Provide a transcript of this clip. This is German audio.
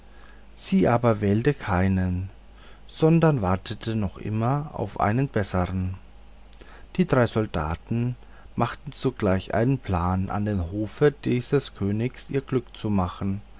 sie aber wählte keinen sondern wartete immer noch auf einen bessern die drei soldaten machten sogleich einen plan an dem hofe dieses königs ihr glück zu machen